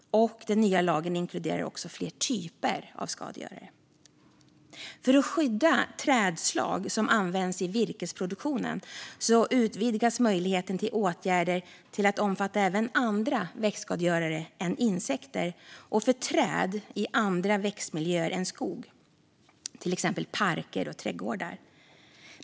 Den nya lagen inkluderar också fler typer av skadegörare. För att skydda trädslag som används i virkesproduktionen utvidgas möjligheten till åtgärder till att omfatta även andra växtskadegörare än insekter och för träd i andra växtmiljöer än skog, till exempel parker eller trädgårdar.